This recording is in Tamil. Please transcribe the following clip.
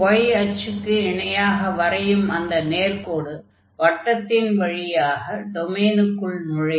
y அச்சுக்கு இணையாக வரையும் அந்த நேர்க்கோடு வட்டத்தின் வழியாக டொமைனுக்குள் நுழையும்